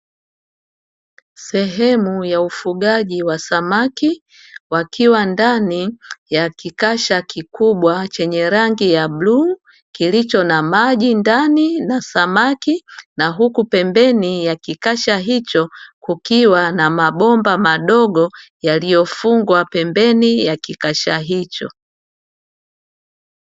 Sehemu ya ufugaji wa samaki wakiwa ndani ya kikasha kikubwa chenye rangi ya bluu kilicho na maji ndani na samaki na huku pembeni ya kikasha hicho kukiwa na mabomba madogo yaliyofungwa pembeni ya kikasha hicho.